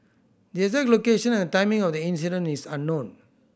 the exact location and the timing of the incident is unknown